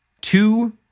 two